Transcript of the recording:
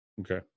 Okay